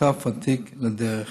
ושותף ותיק לדרך.